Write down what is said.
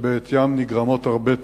שבעטיים נגרמות הרבה תאונות.